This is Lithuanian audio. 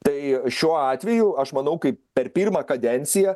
tai šiuo atveju aš manau kai per pirmą kadenciją